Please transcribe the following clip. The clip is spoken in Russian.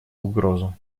угрозу